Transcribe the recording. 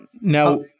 now